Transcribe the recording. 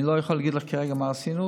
אני לא יכול להגיד לך כרגע מה עשינו,